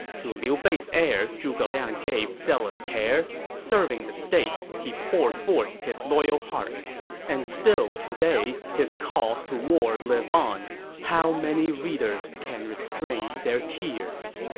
to liu bei's heir zhuge liang gave zealous care serving the state, he poured forth his loyal heart and still today his calls to war live on how many readers can restrain their tears?